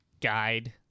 guide